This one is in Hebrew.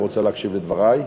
היא רוצה להקשיב לדברי.